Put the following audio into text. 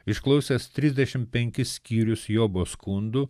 išklausęs trisdešim penkis skyrius jobo skundų